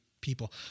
people